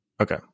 okay